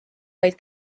vaid